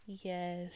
Yes